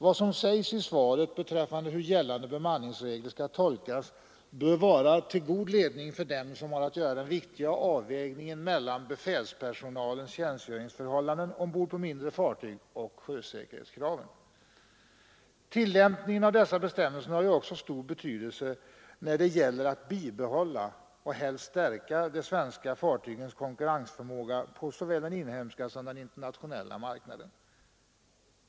Vad som sägs i svaret beträffande hur gällande bemanningsregler skall tolkas bör vara till god ledning för dem som har att göra den viktiga avvägningen mellan befälspersonalens tjänstgöringsförhållanden ombord på mindre fartyg och sjösäkerhetskraven. Tillämpningen av dessa bestämmelser har ju också stor betydelse när det gäller att bibehålla och helst stärka de svenska fartygens konkurrensförmåga på såväl den inhemska som den internationella marknaden.